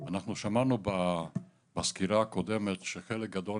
אנחנו שמענו בסקירה הקודמת שחלק גדול